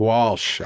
Walsh